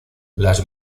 las